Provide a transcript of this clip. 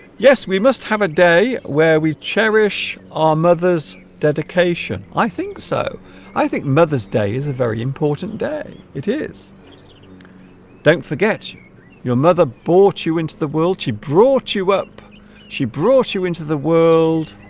yes we must have a day where we cherish our mothers dedication i think so i think mother's day is a very important day it is don't forget you your mother brought you into the world she brought you up she brought you into the world